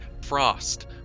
frost